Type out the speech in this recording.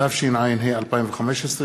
התשע"ה 2015,